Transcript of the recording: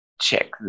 check